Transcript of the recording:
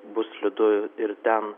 bus slidu ir ten